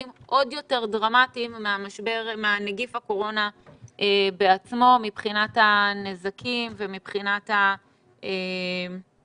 עוד יותר דרמטיים מנגיף הקורונה בעצמו מבחינת הנזקים ומבחינת הפגיעה